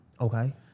Okay